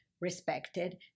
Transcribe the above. Respected